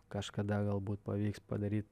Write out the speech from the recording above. kažkada galbūt pavyks padaryt